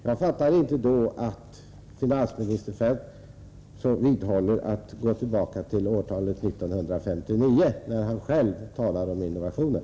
Jag fattar inte att finansminister Feldt går tillbaka till årtalet 1959, när han själv talar om innovationer.